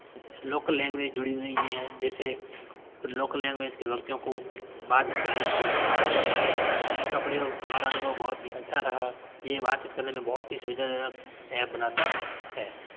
local language जुड़ी हुई नहीं है जैसे लोकल लैंग्वेज के व्यक्तियों को बातचीत करने में थोड़ी परेशानी होती है इसका प्रयोग हमारा अनुभव बहुत ही अच्छा रहा यह बातचीत करने में बहुत ही सुविधा जनक एप बनाता है